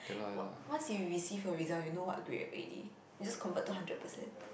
o~ once you receive your result you know what grade already you just convert to hundred percent